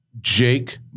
Jake